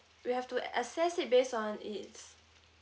we have to assess it based on its